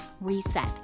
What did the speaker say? RESET